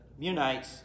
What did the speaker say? Munites